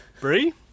Brie